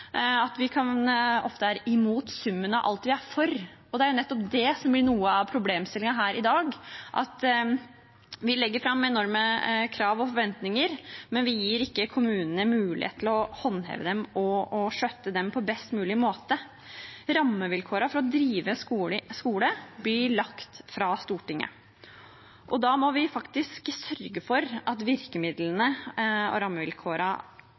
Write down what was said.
at vi ofte er imot summen av alt vi er for. Og nettopp det er noe av problemstillingen her i dag: Vi legger fram enorme krav og forventninger, men vi gir ikke kommunene mulighet til å håndheve dem og skjøtte dem på best mulig måte. Rammevilkårene for å drive skole blir lagt fra Stortinget, og da må vi faktisk sørge for at virkemidlene og